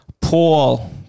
Paul